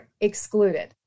excluded